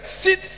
sit